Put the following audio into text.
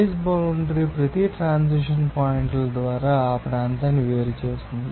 phase boundary ప్రతి transition పాయింట్ల ద్వారా ఆ ప్రాంతాన్ని వేరు చేస్తుంది